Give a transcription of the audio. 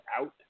out